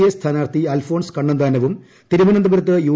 A സ്ഥാനാർഥി അൽഫോൻസ് കണ്ണന്താനവും തിരുവനന്തപുരത്ത് യു